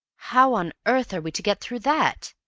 how on earth are we to get through that?